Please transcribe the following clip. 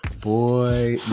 boy